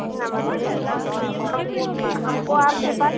नमस्ते हम हमको आपके पास